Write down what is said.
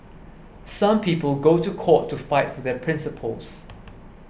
some people go to court to fight for their principles